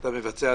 שאתה מבצע,